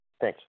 Thanks